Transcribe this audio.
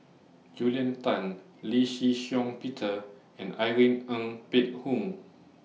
Julia Tan Lee Shih Shiong Peter and Irene Ng Phek Hoong